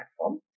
platform